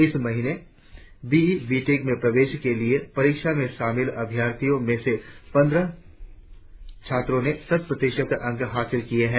इस महीने B E B tech में प्रवेश के लिए परीक्षा में शामिल अभ्यर्थियों में से पंद्रह छात्रों ने शत प्रतिशत अंक हासिल किए है